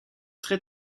très